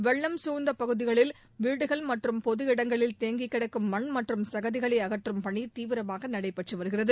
வெள்ளம் சூழ்ந்தப் பகுதிகளில் வீடுகள் மற்றும் பொது இடங்களில் தேங்கி கிடக்கும் மண் மற்றும் சகதிகளை அகற்றும் பணி தீவிரமாக நடைபெற்று வருகிறது